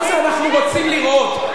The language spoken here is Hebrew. מה זה "אנחנו רוצים לראות"?